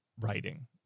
writing